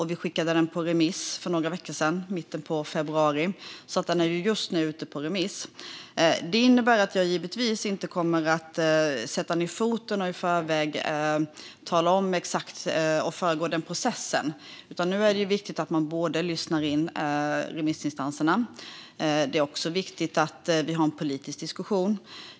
Vi skickade ut det på remiss för några veckor sedan, i mitten av februari. Det är alltså just nu ute på remiss. Jag kommer givetvis inte att sätta ned foten och föregå den processen, utan nu är det viktigt att man lyssnar in remissinstanserna. Det är också viktigt att vi har en politisk diskussion.